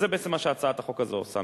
זה בעצם מה שהצעת החוק הזאת עושה,